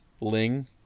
Ling